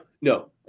No